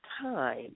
time